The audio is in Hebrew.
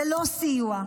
ללא סיוע.